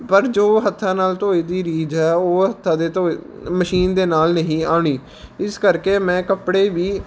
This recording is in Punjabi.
ਪਰ ਜੋ ਹੱਥਾਂ ਨਾਲ ਧੋਏ ਦੀ ਰੀਝ ਹੈ ਉਹ ਹੱਥਾਂ ਦੇ ਧੋਏ ਮਸ਼ੀਨ ਦੇ ਨਾਲ ਨਹੀਂ ਆਉਣੀ ਇਸ ਕਰਕੇ ਮੈਂ ਕੱਪੜੇ ਵੀ